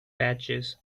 badges